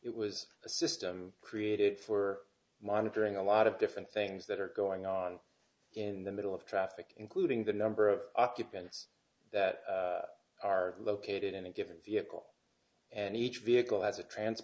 it was a system created for monitoring a lot of different things that are going on in the middle of traffic including the number of occupants that are located in a given vehicle and each vehicle ha